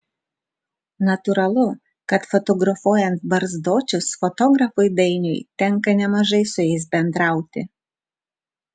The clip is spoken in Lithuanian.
natūralu kad fotografuojant barzdočius fotografui dainiui tenka nemažai su jais bendrauti